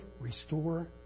restore